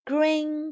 Green